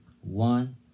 one